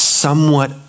somewhat